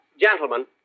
gentlemen